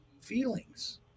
feelings